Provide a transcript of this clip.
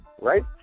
right